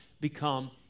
become